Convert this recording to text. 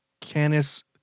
Canis